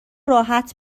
راحت